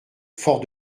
fort